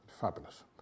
Fabulous